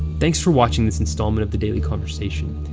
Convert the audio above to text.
thanks for watching this installment of the daily conversation.